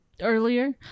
earlier